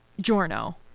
Giorno